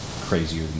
crazier